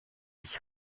ich